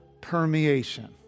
permeation